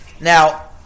Now